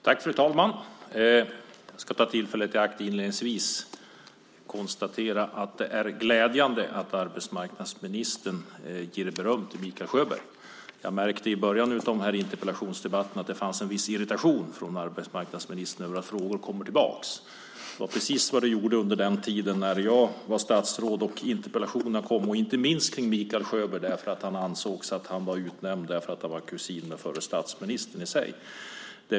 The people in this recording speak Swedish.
Fru talman! Jag ska inledningsvis ta tillfället i akt och konstatera att det är glädjande att arbetsmarknadsministern ger beröm till Mikael Sjöberg. Jag märkte i början av interpellationsdebatterna att det fanns en viss irritation hos arbetsmarknadsministern över att frågor kommer tillbaka. Det var precis vad det gjorde under den tiden när jag var statsråd och interpellationerna kom om inte minst Mikael Sjöberg, därför att det ansågs att han var utnämnd på grund av att han var kusin med förre statsministern.